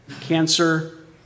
cancer